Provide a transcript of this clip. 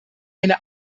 eine